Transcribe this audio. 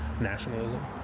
nationalism